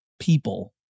people